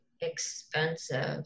expensive